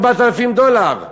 4,000 דולר.